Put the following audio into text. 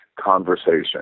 conversation